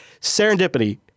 serendipity